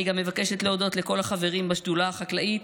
אני גם מבקשת להודות לכל החברים בשדולה החקלאית,